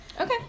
Okay